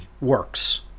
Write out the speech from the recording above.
works